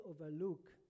overlook